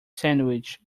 sandwich